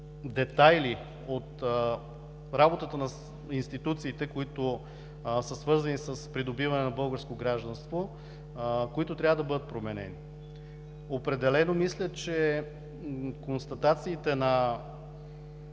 детайли от работата на институциите, които са свързани с придобиване на българско гражданство, които трябва да бъдат променени. Определено мисля, че констатациите на